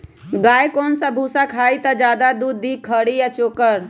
गाय कौन सा भूसा खाई त ज्यादा दूध दी खरी या चोकर?